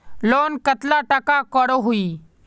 Loan कतला टाका करोही?